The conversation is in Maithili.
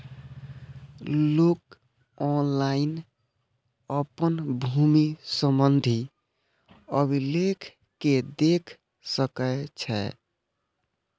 लोक ऑनलाइन अपन भूमि संबंधी अभिलेख कें देख सकै छै